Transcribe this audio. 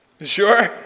sure